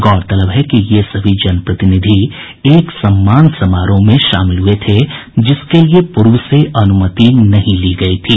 गौरतलब है कि ये सभी जनप्रतिनिधि एक सम्मान समारोह में शामिल हुए थे जिसके लिए पूर्व से अनुमति नहीं ली गयी थी